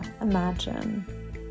imagine